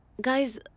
Guys